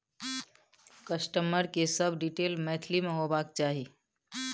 customer के सब detail Maithili में होबाक चाही